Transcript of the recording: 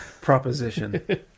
proposition